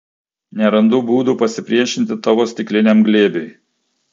nerandu būdų pasipriešinti tavo stikliniam glėbiui